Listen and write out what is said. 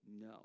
no